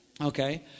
okay